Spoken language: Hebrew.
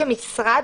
כמשרד,